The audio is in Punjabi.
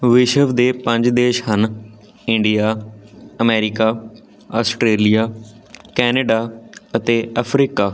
ਵਿਸ਼ਵ ਦੇ ਪੰਜ ਦੇਸ਼ ਹਨ ਇੰਡੀਆ ਅਮੈਰੀਕਾ ਆਸਟ੍ਰੇਲੀਆ ਕੈਨੇਡਾ ਅਤੇ ਅਫ਼ਰੀਕਾ